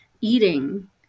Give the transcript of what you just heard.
eating